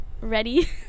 Ready